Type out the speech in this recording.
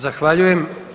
Zahvaljujem.